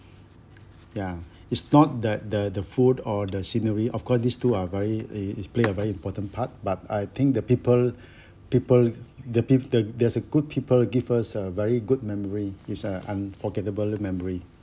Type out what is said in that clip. ya it's not that the the food or the scenery of course these two are very is is play a very important part but I think the people people the peo~ there's there's a good people give us a very good memory is a unforgettable memory